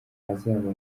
azaba